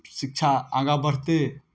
शिक्षा आगाँ बढ़तै